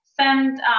Send